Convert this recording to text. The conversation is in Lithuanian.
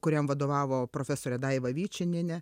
kuriam vadovavo profesorė daiva vyčinienė